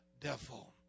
devil